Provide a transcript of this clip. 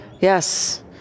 Yes